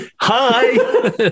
Hi